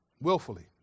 Willfully